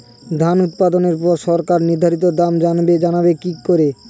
ধান উৎপাদনে পর সরকার নির্ধারিত দাম জানবো কি করে?